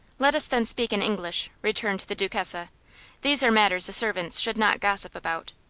let us then speak in english, returned the duchessa. these are matters the servants should not gossip about.